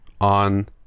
on